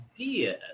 idea